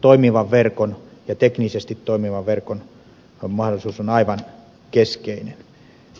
toimivan verkon teknisesti toimivan verkon mahdollisuus on aivan keskeinen